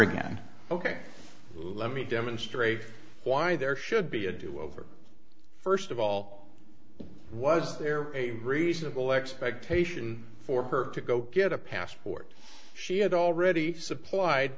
again ok let me demonstrate why there should be a do over first of all was there a reasonable expectation for her to go get a passport she had already supplied